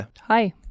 Hi